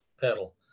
pedal